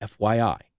FYI